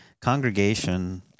congregation